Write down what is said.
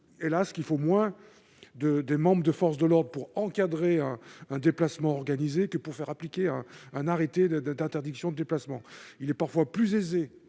hélas, qu'il faut moins de membres des forces de l'ordre pour encadrer un déplacement organisé que pour faire appliquer un arrêté d'interdiction de déplacement. Il est parfois plus aisé